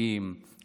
להוכיח.